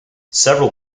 several